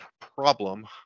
problem